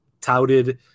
touted